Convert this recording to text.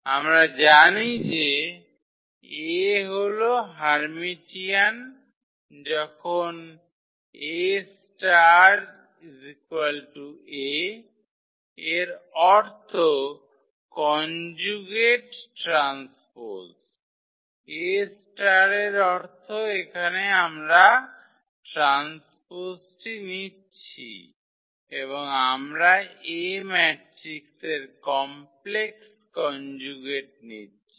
আমরা জানি যে 𝐴 হল হার্মিটিয়ান যখন 𝐴𝐴 এর অর্থ কনজুগেট ট্রান্সপোজ 𝐴 এর অর্থ এখানে আমরা ট্রান্সপোজটি নিচ্ছি এবং আমরা A ম্যাট্রিক্স এর কমপ্লেক্স কনজুগেট নিচ্ছি